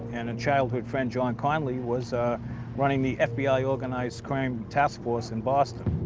and a childhood friend, john connolly, was ah running the fbi organized-crime task force in boston.